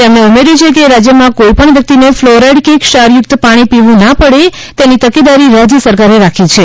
તેમણે ઉમેર્યુ છે કે રાજ્યમાં કોઇપણ વ્યકિતને ફ્લોરાઇડ કે ક્ષાર યુક્ત પાણી પીવું ના પડે તેની તકેદારી રાજ્ય સરકારે રાખી છે